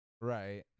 right